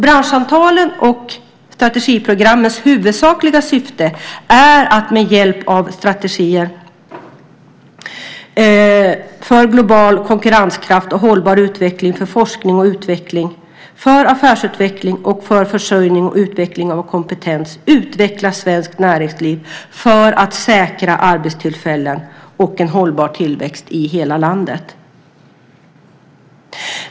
Branschsamtalen och strategiprogrammens huvudsakliga syfte är att med hjälp av strategier för global konkurrenskraft och hållbar utveckling, för forskning och utveckling, för affärsutveckling och för försörjning och utveckling av kompetens utveckla svenskt näringsliv för att säkra arbetstillfällen och hållbar tillväxt i hela landet.